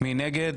מי נגד,